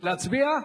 להצביע?